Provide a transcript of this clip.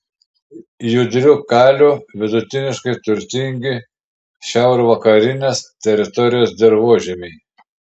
judriu kaliu vidutiniškai turtingi šiaurvakarinės teritorijos dirvožemiai